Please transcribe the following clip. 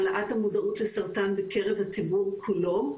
העלאת המודעות לסרטן בקרב הציבור כולו,